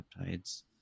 peptides